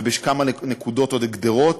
ובכמה נקודות עוד גדרות,